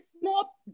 small